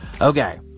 Okay